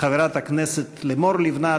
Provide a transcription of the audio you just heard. חברת הכנסת לימור לבנת,